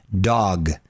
dog